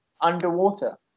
underwater